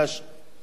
עם פרס,